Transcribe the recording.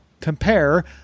Compare